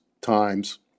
times